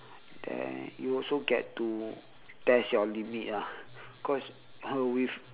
then you also get to test your limit ah cause a with